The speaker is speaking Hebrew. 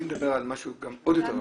אני מדבר על משהו עוד יותר רחב,